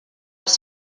els